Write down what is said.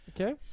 Okay